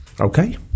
okay